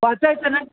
वाचायचं ना